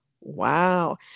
wow